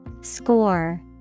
Score